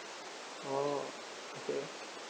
orh okay